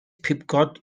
pibgod